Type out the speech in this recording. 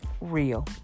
real